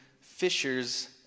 fishers